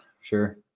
Sure